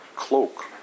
cloak